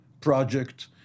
project